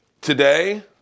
today